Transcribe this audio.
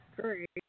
great